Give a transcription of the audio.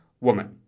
woman